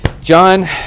John